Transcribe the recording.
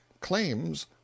claims